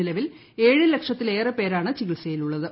നിലവിൽ ഏഴ് ലക്ഷത്തിലേറെ പേരാണ് ചികിത്സയിലുള്ളത്